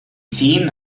sehen